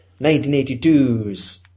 1982's